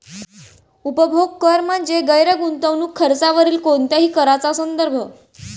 उपभोग कर म्हणजे गैर गुंतवणूक खर्चावरील कोणत्याही कराचा संदर्भ